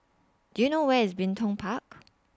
Do YOU know Where IS Bin Tong Park